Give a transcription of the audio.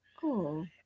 Cool